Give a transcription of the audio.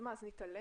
אז מה, נתעלם?